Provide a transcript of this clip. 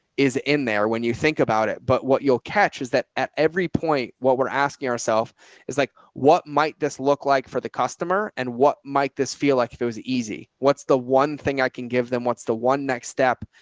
is in there when you think about it, but what you'll catch is that at every point, what we're asking ourselves is like, what might this look like for the customer? and what might this feel like if it was easy, what's the one thing i can give them. what's the one next step?